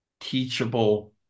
teachable